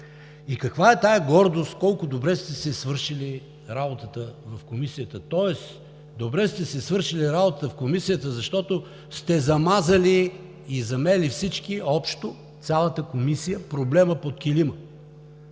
И каква е тази гордост – колко добре сте си свършили работата в Комисията?! Тоест добре сте си свършили работата в Комисията, защото сте замазали и замели всички общо, цялата Комисия, проблема под килима